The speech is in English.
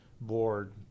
board